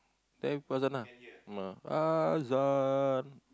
then lepas azan ah azan